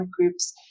groups